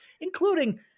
including